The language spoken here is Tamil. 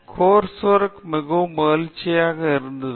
கோர்ஸ் ஒர்க் மிகவும் மகிழ்ச்சிகரமான விஷயம் இருந்தது